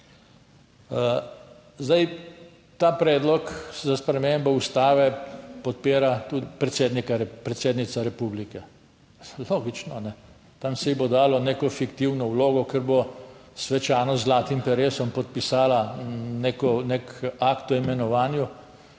Zdaj ta predlog za spremembo Ustave podpira tudi predsednica republike, logično, tam se ji bo dalo neko fiktivno vlogo, ker bo svečano z zlatim peresom podpisala nek akt o imenovanju,